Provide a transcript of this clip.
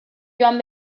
joan